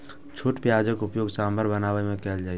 छोट प्याजक उपयोग सांभर बनाबै मे कैल जाइ छै